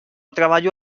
treballo